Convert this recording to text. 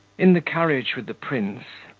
in the carriage with the prince,